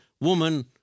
woman